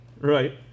Right